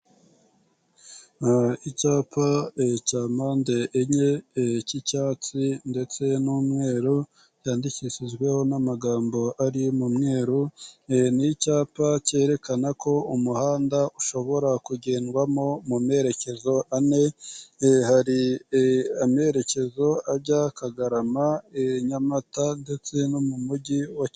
Icyapa cya mpande enye cy'icyatsi ndetse n'umweru, cyandikishijweho n'amagambo ari mu mweru, ni y'icyapa cyerekana ko umuhanda ushobora kugendwamo mu merekezo ane, hari amerekezo ajya Kagarama, i Nyamata ndetse no mu mujyi wa Kigali.